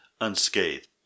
unscathed